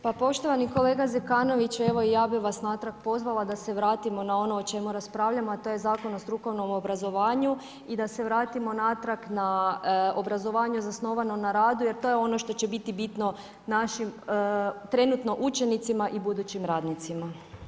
Poštovani kolega Zekanović, evo ja bih vas natrag pozvala da se vratimo na ono o čemu raspravljamo, a to je Zakon o strukovnom obrazovanju i da se vratimo natrag na obrazovanje zasnovano na radu jer to je ono što će biti bitno našim trenutno učenicima i budućim radnicima.